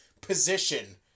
position